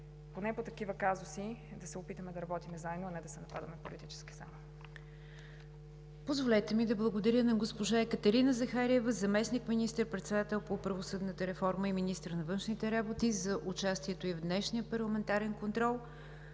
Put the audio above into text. поне по такива казуси да се опитаме да работим заедно, а не само да се нападаме политически. ПРЕДСЕДАТЕЛ НИГЯР ДЖАФЕР: Позволете ми да благодаря на госпожа Екатерина Захариева – заместник министър-председател по правосъдната реформа и министър на външните работи, за участието ѝ в днешния парламентарен контрол.